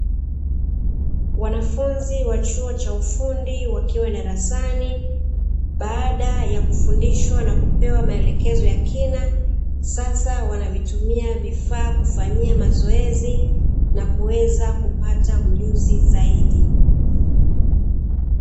Wanafunzi wa chuo cha ufundi wakiwa darasani. Baada ya kufundishwa na kupewa maelekezo ya kina, sasa wanavitumia vifaa kufanyia mazoezi na kuweza kupata ujuzi zaidi.